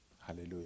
Hallelujah